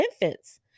infants